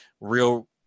real